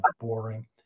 boring